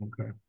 Okay